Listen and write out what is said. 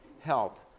health